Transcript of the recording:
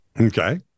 okay